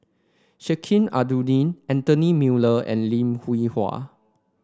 Sheik Alau'ddin Anthony Miller and Lim Hwee Hua